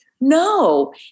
No